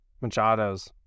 Machado's